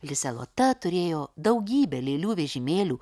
lisė lota turėjo daugybę lėlių vežimėlių